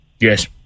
Yes